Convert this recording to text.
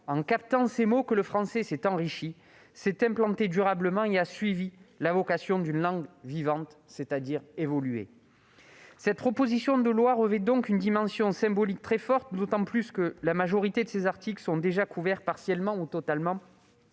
en captant ces mots que le français s'est enrichi, s'est implanté durablement et a suivi la vocation d'une langue vivante, à savoir évoluer. Cette proposition de loi revêt donc une dimension symbolique très forte, d'autant plus que la majorité de ses articles sont déjà couverts, partiellement ou totalement,